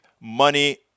money